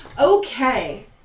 Okay